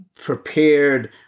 prepared